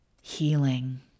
healing